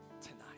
tonight